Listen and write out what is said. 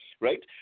right